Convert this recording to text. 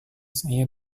saya